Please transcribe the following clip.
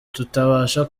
tutabasha